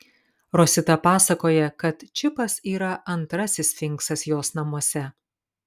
rosita pasakoja kad čipas yra antrasis sfinksas jos namuose